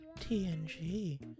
TNG